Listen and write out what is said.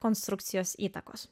konstrukcijos įtakos